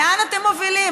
לאן אתם מובילים?